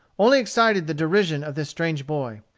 only excited the derision of this strange boy.